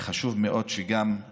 חשוב מאוד, גם אם